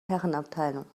herrenabteilung